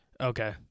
Okay